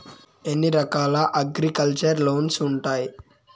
ఎన్ని రకాల agriculture loans ఉండాయి